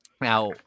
now